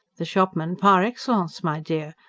the shopman par excellence, my dear!